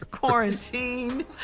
Quarantine